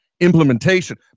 Implementation